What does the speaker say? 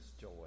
joy